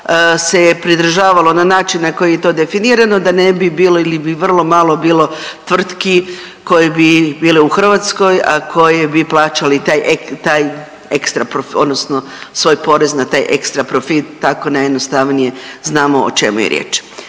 se je pridržavalo na način na koji je to definirano da ne bi bilo ili bi vrlo malo bilo tvrtki koje bi bile u Hrvatskoj a koje bi plaćale taj ekstra odnosno svoj porez na taj ekstra profit tako najjednostavnije znamo o čemu je riječ.